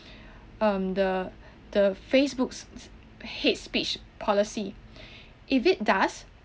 um the the facebook's hate speech policy if it does